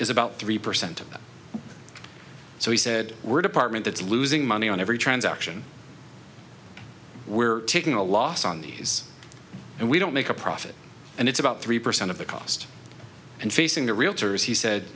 is about three percent so he said we're department that's losing money on every transaction we're taking a loss on these and we don't make a profit and it's about three percent of the cost and facing the realtors he said